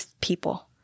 people